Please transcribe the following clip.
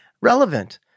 relevant